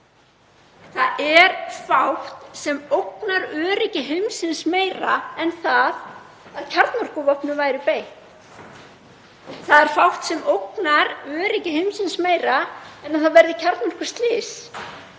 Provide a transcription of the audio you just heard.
Það er fátt sem myndi ógna öryggi heimsins meira en það að kjarnorkuvopnum væri beitt. Það er fátt sem ógnar öryggi heimsins meira en að það verði kjarnorkuslys.